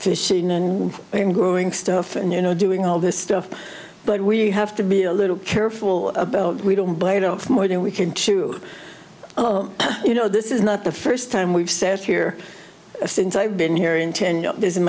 fishing and growing stuff and you know doing all this stuff but we have to be a little careful we don't play no more than we can chew oh you know this is not the first time we've sat here since i've been here in